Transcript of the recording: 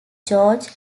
george